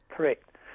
Correct